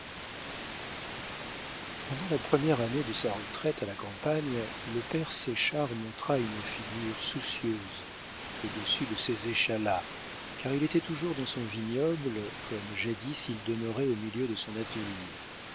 pendant la première année de sa retraite à la campagne le père séchard montra une figure soucieuse au-dessus de ses échalas car il était toujours dans son vignoble comme jadis il demeurait au milieu de son atelier